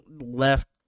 left